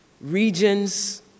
regions